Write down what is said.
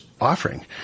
offering